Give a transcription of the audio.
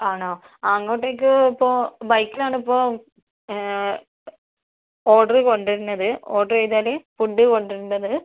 ആണോ അങ്ങോട്ടേക്ക് ഇപ്പോൾ ബൈക്കിനാണ് ഇപ്പോൾ ഓഡർ കൊണ്ടുവരുന്നത് ഓഡർ ചെയ്താൽ ഫുഡ് കൊണ്ടുവരുന്നത്